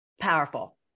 powerful